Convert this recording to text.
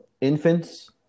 infants